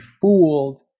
fooled